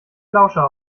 lauscher